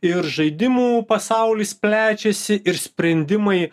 ir žaidimų pasaulis plečiasi ir sprendimai